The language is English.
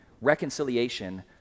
reconciliation